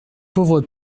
pauvre